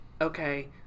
Okay